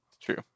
true